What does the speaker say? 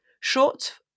Short